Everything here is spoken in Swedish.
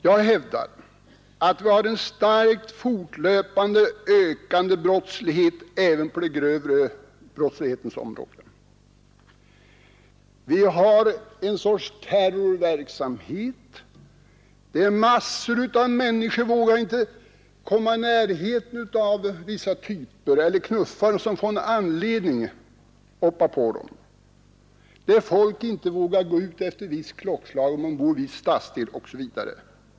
Jag hävdar att vi har en starkt fortlöpande och ökande brottslighet och detta även på den grövre brottslighetens område. Vi har en sorts terrorverksamhet, som medför att mängder av människor inte vågar komma ens i närheten av vissa typer därför att man inte vill riskera att kanske i trängseln råka knuffa dem så att de får en anledning att hoppa på den förbipasserande. Ja, det finns människor som inte vågar gå ut efter ett visst klockslag om de bor i en viss stadsdel, osv.